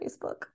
Facebook